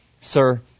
Sir